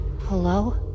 Hello